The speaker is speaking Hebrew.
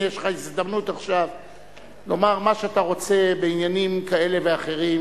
הנה יש לך הזדמנות עכשיו לומר מה שאתה רוצה בעניינים כאלה ואחרים,